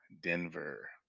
Denver